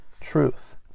truth